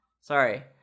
Sorry